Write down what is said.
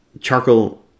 charcoal